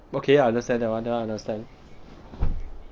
okay I understand that [one] that [one] I understand